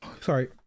Sorry